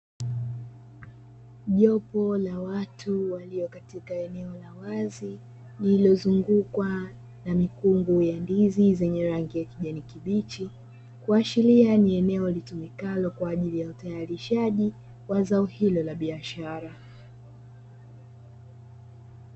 Jopo la watu walio katika eneo la wazi lililozungukwa na mikungu ya ndizi zenye rangi ya kijani kibichi kuashilia ni eneo litumikalo kwa ajili ya utayarishaji wa zao hilo la biashara.